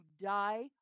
die